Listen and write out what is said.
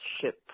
ship